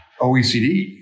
OECD